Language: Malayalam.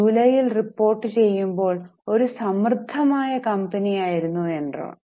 ജൂലൈയിൽ റിപ്പോർട്ട് ചെയ്യുമ്പോൾ ഒരു സമൃദ്ധമായ കമ്പനി ആയിരുന്നു എൻറോൺ